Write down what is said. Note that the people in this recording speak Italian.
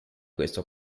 questo